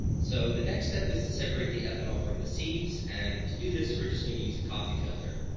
so the next step is to separate the ethanol from the sieves and to do this we're just going to use a coffee filter.